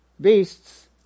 beasts